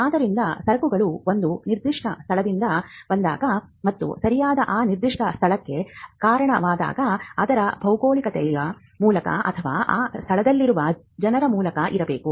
ಆದ್ದರಿಂದ ಸರಕುಗಳು ಒಂದು ನಿರ್ದಿಷ್ಟ ಸ್ಥಳದಿಂದ ಬಂದಾಗ ಮತ್ತು ಒಳ್ಳೆಯದನ್ನು ಆ ನಿರ್ದಿಷ್ಟ ಸ್ಥಳಕ್ಕೆ ಕಾರಣವಾದಾಗ ಅದರ ಭೌಗೋಳಿಕತೆಯ ಮೂಲಕ ಅಥವಾ ಆ ಸ್ಥಳದಲ್ಲಿರುವ ಜನರ ಮೂಲಕ ಇರಬೇಕು